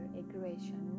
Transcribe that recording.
aggression